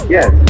Yes